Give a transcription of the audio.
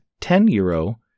10-euro